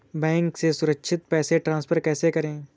Bank से सुरक्षित पैसे ट्रांसफर कैसे करें?